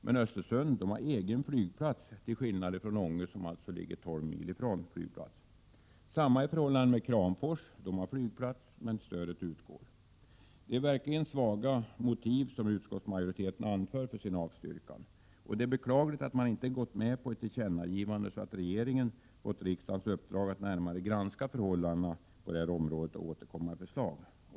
Men Östersund har egen flygplats till skillnad från Ånge, där man har 12 mil till flygplatsen. Samma är förhållandet med Kramfors. Där finns flygplats men stöd utgår. Det är verkligen svaga motiv utskottsmajoriteten anför för att avstyrka min motion. Det är beklagligt att man inte gått med på ett tillkännagivande så att regeringen hade fått riksdagens uppdrag att närmare granska förhållandena på detta område och återkomma med förslag.